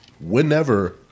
whenever